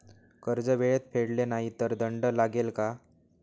कर्ज वेळेत फेडले नाही तर दंड लागेल का?